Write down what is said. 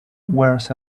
wears